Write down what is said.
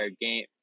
Game